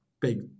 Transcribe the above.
big